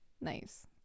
Nice